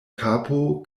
kapo